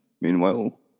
Meanwhile